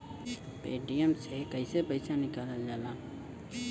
Paytm से कैसे पैसा निकलल जाला?